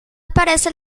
aparece